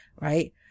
Right